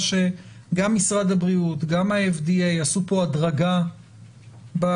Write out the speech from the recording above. שגם משרד הבריאות גם ה-FDA עשו פה הדרגה בגילאים.